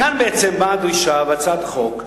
מכאן בעצם באה הדרישה להצעת החוק.